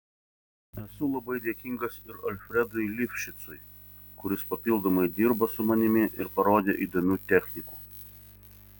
esu labai dėkingas ir alfredui lifšicui kuris papildomai dirba su manimi ir parodė įdomių technikų